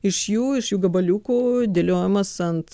iš jų iš jų gabaliukų dėliojamas ant